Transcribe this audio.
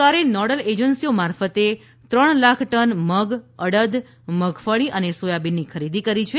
સરકારે નોડલ એજન્સીઓ મારફતે ત્રણ લાખ ટન મગ અડદ મગફળી અને સોયાબીનની ખરીદી કરી છે